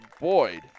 Boyd